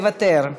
מוותר.